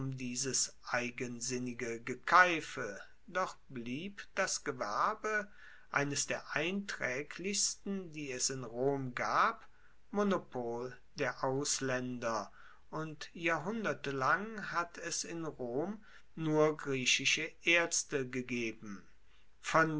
dieses eigensinnige gekeife doch blieb das gewerbe eines der eintraeglichsten die es in rom gab monopol der auslaender und jahrhunderte lang hat es in rom nur griechische aerzte gegeben von